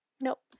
nope